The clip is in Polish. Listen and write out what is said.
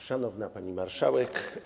Szanowna Pani Marszałek!